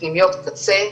פנימיות קצה.